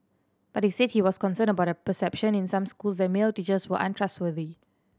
but he said he was concerned about a perception in some schools that male teachers were untrustworthy